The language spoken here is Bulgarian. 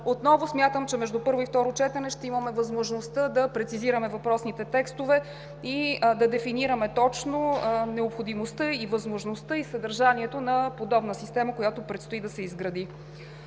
Отново смятам, че между първо и второ четене ще имаме възможността да прецизираме въпросните текстове и да дефинираме точно необходимостта, възможността и съдържанието на подобна система, която предстои да се изгради.